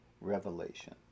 revelation